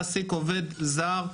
להעסיק עובד זר,